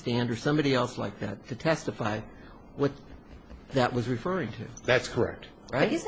standard somebody else like that to testify that was referring to that's correct right